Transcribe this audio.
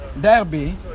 Derby